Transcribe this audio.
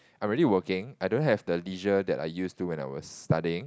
I'm already working I don't have the leisure that I used to when I was studying